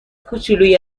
کوچلوی